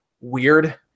weird